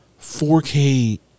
4K –